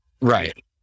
Right